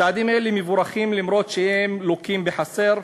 צעדים אלה מבורכים, אף שהם לוקים בחסר,